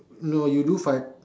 no you do fart